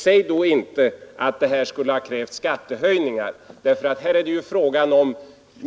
Säg då inte att det här skulle ha krävt skattehöjningar, för här är det